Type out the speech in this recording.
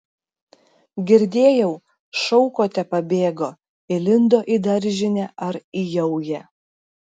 girdėjau šaukote pabėgo įlindo į daržinę ar į jaują